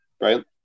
Right